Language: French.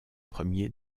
premiers